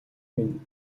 минь